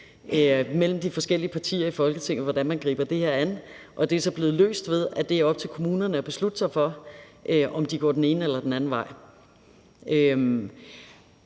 mellem de forskellige partier i Folketinget om, hvordan man griber det her an, og det er så blevet løst, ved at det er op til kommunerne at beslutte sig for, om de går den ene eller den anden vej.